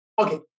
Okay